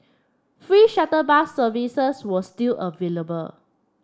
free shuttle bus services were still available